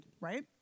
right